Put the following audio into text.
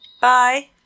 Bye